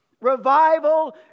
Revival